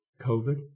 COVID